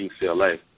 UCLA